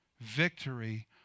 victory